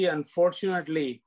Unfortunately